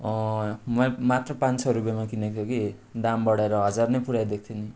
मैले मात्र पाँच सौ रुपियाँमा किनेको थिएँ कि दाम बढाएर हजार नै पुर्याइदिएको थिएँ नि